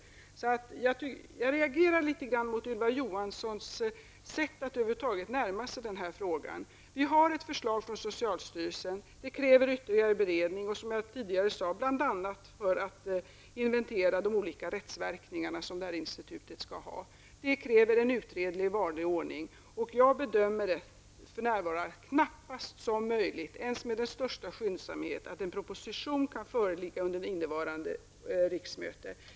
Jag reagerar litet grand mot Ylva Johanssons sätt att närma sig frågan. Vi har ett förslag från socialstyrelsen. Det kräver ytterligare beredning, bl.a. för att, som jag tidigare sade, inventera de olika rättsverkningar som kan bli en följd av institutet. Detta kräver en utredning i vanlig ordning, och jag bedömer det för närvarande knappast som möjligt, ens om arbetet sker med största skyndsamhet, att en proposition kan föreligga under innevarande riksmöte.